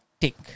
take